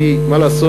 כי מה לעשות?